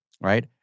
Right